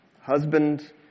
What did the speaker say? husband